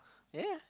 ya